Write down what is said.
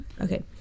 Okay